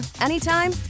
anytime